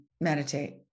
meditate